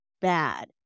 bad